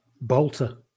bolter